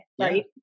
right